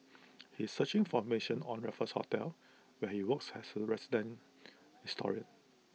he is searching formation on Raffles hotel where he works as A resident historian